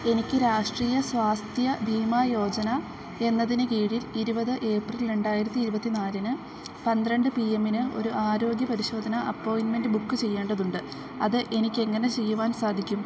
എനിക്ക് രാഷ്ട്രീയ സ്വാസ്ഥ്യ ബീമാ യോജന എന്നതിന് കീഴിൽ ഇരുവത് ഏപ്രിൽ രണ്ടായിരത്തി ഇരുപത്തി നാലിന് പന്ത്രണ്ട് പിഎമ്മിന് ഒരൂ ആരോഗ്യ പരിശോധന അപ്പോയിൻമെൻറ്റ് ബുക്ക് ചെയ്യേണ്ടതുണ്ട് അത് എനിക്ക് ഏങ്ങനെ ചെയ്യുവാൻ സാധിക്കും